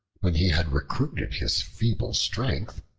when he had recruited his feeble strength,